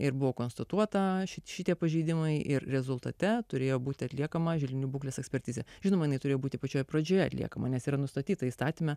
ir buvo konstatuota šitie pažeidimai ir rezultate turėjo būti atliekama želdinių būklės ekspertizė žinoma jinai tūrėjo būti pačioje pradžioje atliekama nes yra nustatyta įstatyme